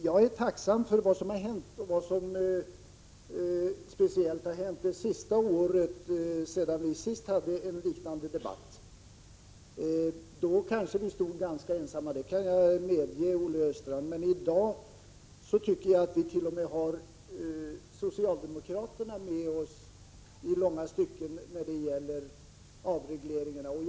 Jag är tacksam för det som har hänt, speciellt under det år som gått sedan vi senast hade en liknande debatt. Då kanske vi stod ganska 96 ensamma. Det kan jag medge, Olle Östrand. Men i dag tycker jag att vi t.o.m. har socialdemokraterna med oss i långa stycken när det gäller avregleringen.